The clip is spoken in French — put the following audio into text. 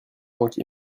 manque